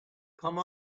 come